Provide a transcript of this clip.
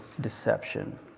deception